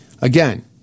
again